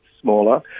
smaller